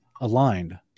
aligned